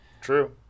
True